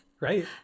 right